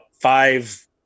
five